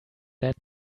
that